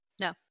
No